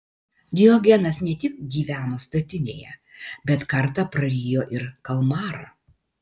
diogenas ne tik gyveno statinėje bet kartą prarijo ir kalmarą